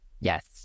yes